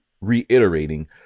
reiterating